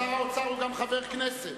שר האוצר הוא גם חבר כנסת.